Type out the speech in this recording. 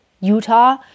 Utah